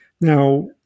Now